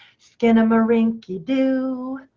skinnamarinky-doo.